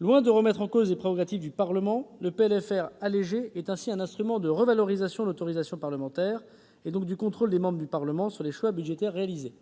Loin de remettre en cause les prérogatives du Parlement, le recours à un PLFR « allégé » est ainsi un instrument de revalorisation de l'autorisation parlementaire, donc du contrôle des membres du Parlement sur les choix budgétaires réalisés.